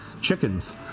chickens